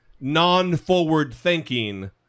non-forward-thinking